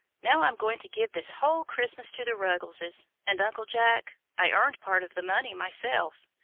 now i'm going to give this whole christmas to the ruggleses and, uncle jack, i earned part of the money myself.